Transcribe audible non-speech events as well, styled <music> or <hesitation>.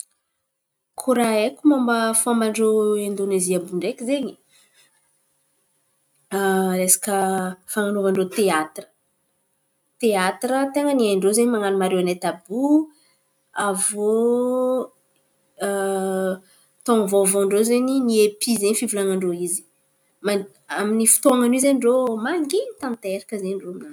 Koa raha haiko mômba fômban-drô Aindônezia àby iô ndraiky izen̈y <hesitation> resaka fan̈anovan-drô teatira. Teatira ten̈a ny hain-drô zen̈y man̈ano mariônety àby io. Avô taon̈o vaovaon-drô zen̈y niepy fivolan̈an-drô izy. Man- an- ny fotoan̈an’io zeny mangin̈y tanteraka ze amin-drô.